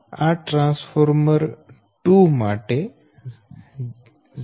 આ ટ્રાન્સફોર્મર 2 માટે j0